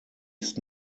ist